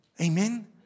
Amen